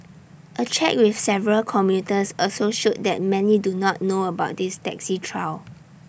A check with several commuters also showed that many do not know about this taxi trial